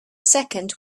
second